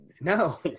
no